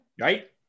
Right